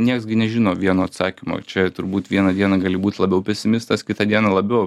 nieks gi nežino vieno atsakymo čia turbūt vieną dieną gali būt labiau pesimistas kitą dieną labiau